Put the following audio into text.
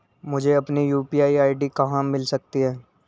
मुझे अपनी UPI ID कहां मिल सकती है?